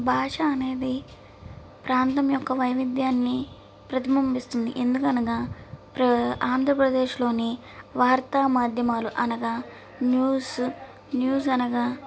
భాష అనేది ప్రాంతం యొక్క వైవిధ్యాన్ని ప్రతిబింబిస్తుంది ఎందుకనగా ప్రా ఆంధ్రప్రదేశ్లోని వార్తా మాధ్యమాలు అనగా న్యూస్ న్యూస్ అనగా